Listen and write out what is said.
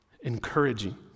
encouraging